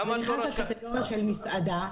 זה נכנס לקטגוריה של מסעדה.